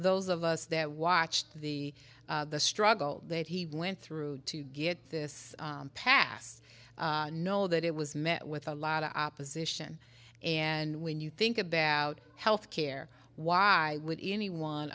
those of us that watched the the struggle that he went through to get this pass know that it was met with a lot of opposition and when you think about health care why would anyone